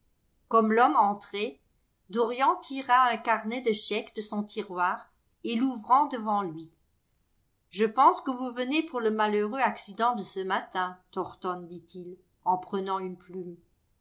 gomme l'homme entrait dorian tira un carnet de chèques de son tiroir et l'ouvrant devant lui je pense que vous venez pour le malheureux accident de ce matin thornton dit-il en prenant une plume